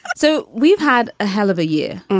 so we've had a hell of a year.